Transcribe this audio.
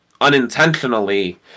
Unintentionally